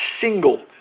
single